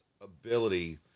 ability